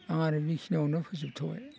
आं आरो बेखिनियावनो फोजोबथ'बाय